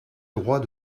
droit